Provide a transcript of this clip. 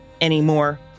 anymore